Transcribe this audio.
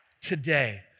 today